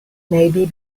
maybe